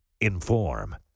inform